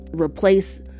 replace